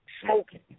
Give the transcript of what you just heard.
Smoking